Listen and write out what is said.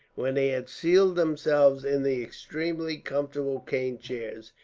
when they had seated themselves in the extremely comfortable cane chairs,